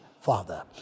father